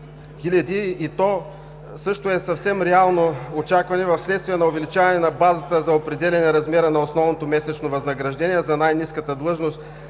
и то също е съвсем реално очакване вследствие на увеличаване на базата за определяне размера на основното месечно възнаграждение за най-ниската длъжност